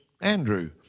Andrew